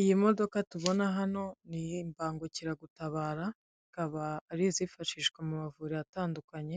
Iyi modoka tubona hano ni imbangukiragutabara ikaba ari izifashishwa mu mavuriro atandukanye